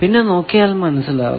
പിന്നെ നോക്കിയാൽ മനസ്സിലാകും